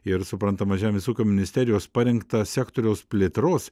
ir suprantama žemės ūkio ministerijos parengtą sektoriaus plėtros